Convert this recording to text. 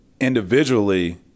individually